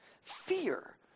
fear